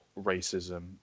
racism